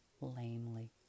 lamely